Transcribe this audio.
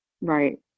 Right